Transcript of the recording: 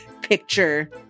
picture